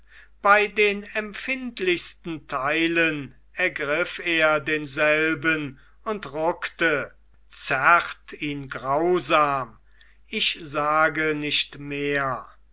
bei den empfindlichsten teilen ergriff er denselben und ruckte zerrt ihn grausam ich sage nicht mehr erbärmlich